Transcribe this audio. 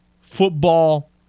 football